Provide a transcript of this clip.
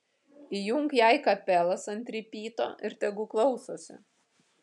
įjunk jai kapelas ant ripyto ir tegu klausosi